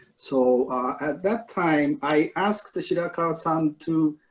so at that time, i asked shirakawa-san to,